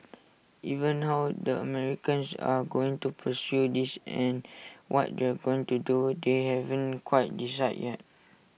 even how the Americans are going to pursue this and what they're going to do they haven't quite decided yet